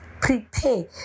Prepare